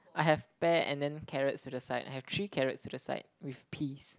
I have pear and then carrots to the side I have three carrots to the side with peas